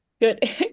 Good